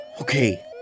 Okay